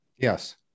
yes